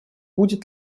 будет